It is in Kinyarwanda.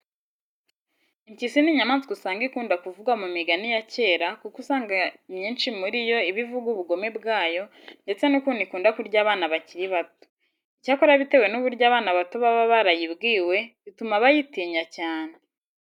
Impyisi ni inyamaswa usanga ikunda kuvugwa mu migani ya kera kuko usanga imyinshi muri yo iba ivuga ubugome bwayo ndetse n'ukuntu ikunda kurya abana bakiri bato. Icyakora bitewe n'uburyo abana bato baba barayibwiwe, bituma bayitinya cyane.